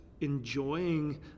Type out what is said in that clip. enjoying